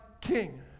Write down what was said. king